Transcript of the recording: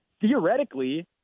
Theoretically